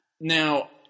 Now